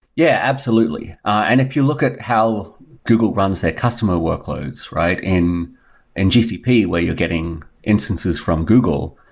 yeah, absolutely. and if you look at how google runs their customer workloads, right? in and gcp where you're getting instances from google,